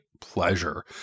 pleasure